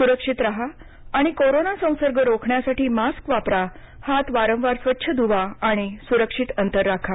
सुरक्षित राहा आणि कोरोना संसर्ग रोखण्यासाठी मास्क वापरा हात वारंवार स्वच्छ धुवा सुरक्षित अंतर ठेवा